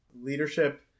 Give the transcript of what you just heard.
Leadership